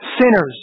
Sinners